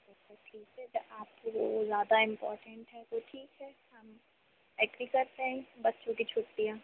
तो आपके लिए वो ज़्यादा इम्पोर्टेन्ट है तो ठीक है हम अग्री करते हैं बच्चों की छुट्टियाँ